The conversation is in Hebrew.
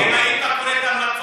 אם היית קורא את ההמלצות,